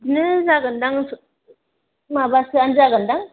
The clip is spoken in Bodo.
नो जागोन्दां माबासोआनो जागोन्दां